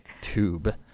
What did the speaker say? tube